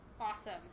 awesome